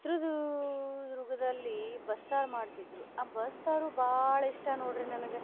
ಚಿತ್ರದೂ ದುರ್ಗದಲ್ಲಿ ಬಸ್ಸಾರು ಮಾಡ್ತಿದ್ದರು ಆ ಬಸ್ಸಾರು ಭಾಳ ಇಷ್ಟ ನೋಡ್ರಿ ನನಗ